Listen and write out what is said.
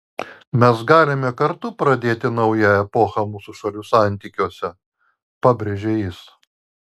mes galime kartu pradėti naują epochą mūsų šalių santykiuose pabrėžė jis